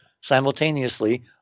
simultaneously